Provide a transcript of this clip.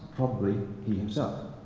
probably he himself.